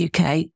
UK